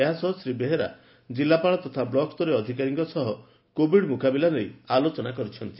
ଏହାସହ ଶ୍ରୀବେହେରା ଜିଲ୍ଲୁପାଳ ତଥା ବ୍ଲକସ୍ତରୀୟ ଅଧିକାରୀଙ୍କ ସହ କୋଭିଡ ମୁକାବିଲା ନେଇ ଆଲୋଚନା କରିଛନ୍ତି